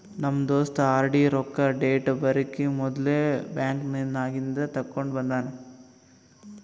ನಮ್ ದೋಸ್ತ ಆರ್.ಡಿ ರೊಕ್ಕಾ ಡೇಟ್ ಬರಕಿ ಮೊದ್ಲೇ ಬ್ಯಾಂಕ್ ನಾಗಿಂದ್ ತೆಕ್ಕೊಂಡ್ ಬಂದಾನ